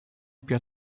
più